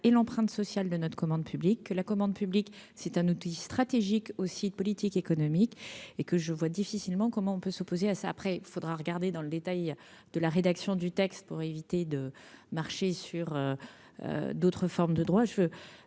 et l'empreinte sociale de notre commande publique que la commande publique, c'est un outil stratégique aussi de politique économique et que je vois difficilement comment on peut s'opposer à ça, après il faudra regarder dans le détail de la rédaction du texte pour éviter de marcher sur d'autres formes de droits, je veux